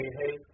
hey